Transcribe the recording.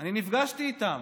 אני נפגשתי איתם.